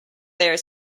there